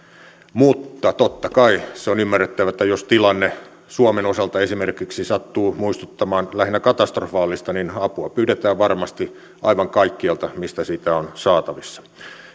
mutta totta kai se on ymmärrettävää että jos tilanne suomen osalta sattuu muistuttamaan esimerkiksi lähinnä katastrofaalista niin apua pyydetään varmasti aivan kaikkialta mistä sitä on saatavissa